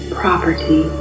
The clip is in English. property